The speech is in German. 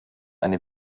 eine